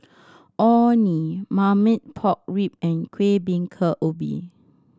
Orh Nee marmite pork rib and Kueh Bingka Ubi